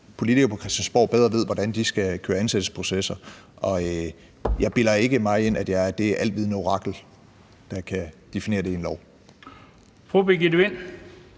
politiker på Christiansborg bedre ved, hvordan de skal køre ansættelsesprocesser, og jeg bilder mig ikke ind, at jeg er det alvidende orakel, der kan definere det i en lov. Kl. 17:44 Den